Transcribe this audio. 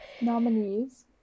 Nominees